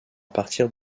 partir